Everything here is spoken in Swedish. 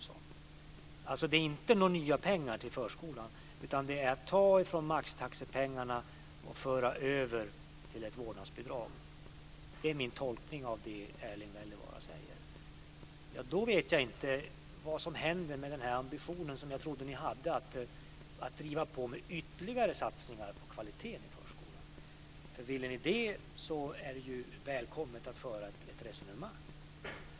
Det är alltså inte några nya pengar till förskolan, utan detta är att ta från maxtaxepengarna och föra över till ett vårdnadsbidrag. Det är min tolkning av det som Erling Wälivaara säger. Då vet jag inte vad som händer med den ambition som jag trodde ni hade att driva på med ytterligare satsningar på kvaliteten i förskolan. Vill ni det så är det välkommet om vi kan föra ett resonemang.